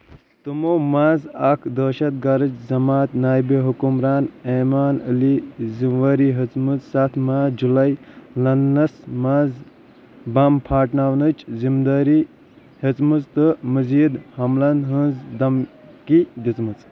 تِمو٘ منزٕ اكھ دہشت گرچ جمات نٲیبِ حٗكمران ایمان علی ذمہٕ وٲری ہیژمٕژ ستھ ماہ جٗلے لنڈنس منز بم پھاٹناونٕچ ذِمہ دٲری ہیژمژ تہٕ مزید حملن ہنز دمكی دِژمٕژ